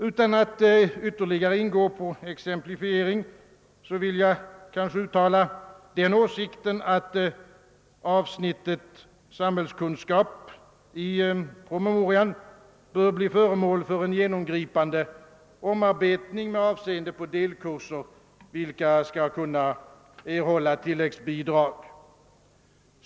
Utan att ytterligare ingå på exemplifiering vill jag uttala den åsikten, att avsnittet samhällskunskap i promemorian bör bli föremål för en genomgripande omarbetning avseende delkurser vilka skall kunna erhålla tilläggsbidrag.